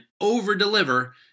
over-deliver